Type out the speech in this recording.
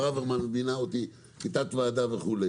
ברוורמן מינה אותי לתת ועדה וכו'.